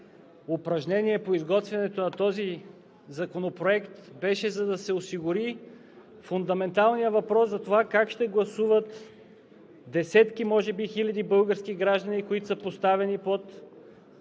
упражнение по изготвянето на този законопроект беше, за да се осигури фундаменталният въпрос за това как ще гласуват десетки, може би хиляди български граждани, поставени под